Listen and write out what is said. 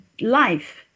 life